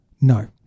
No